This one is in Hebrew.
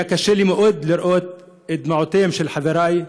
היה לי קשה מאוד לראות את דמעותיהם של חברי,